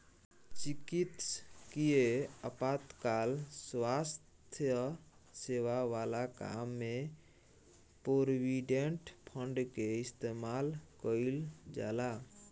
चिकित्सकीय आपातकाल स्वास्थ्य सेवा वाला काम में प्रोविडेंट फंड के इस्तेमाल कईल जाला